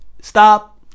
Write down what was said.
Stop